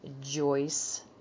Joyce